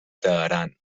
teheran